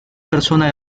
persona